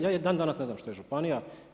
Ja i dan danas ne znam što je županija.